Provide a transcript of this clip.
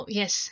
yes